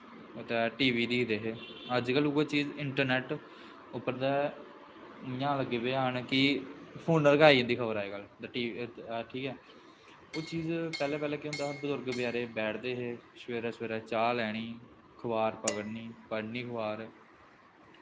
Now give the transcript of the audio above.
ते T V दिखदे हे अज्जकल उ'ऐ चीज़ इंट्रनैट उप्पर दा इ'यां लग्गी पे आन कि फोना पर गै आई जंदा खबर अज्जकल ते टी ठीक ऐ ओह् चीज पैह्लें पैह्लें केह् होंदा हा बजुर्ग बचैराे बैठदे हे सवेरे सवेरे चाह् लैनी खबार पकड़नी पढ़नी अखबार